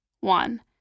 one